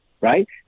right